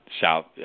South